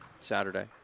Saturday